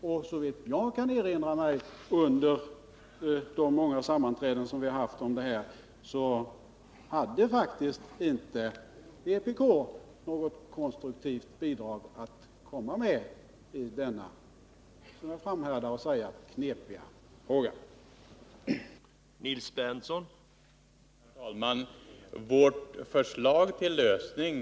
Och såvitt jag kan erinra mig från de många sammanträden som vi har haft så hade faktiskt inte vpk något konstruktivt bidrag att komma med i denna — som jag vill framhärda med att kalla den — knepiga fråga.